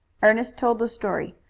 ernest told the story.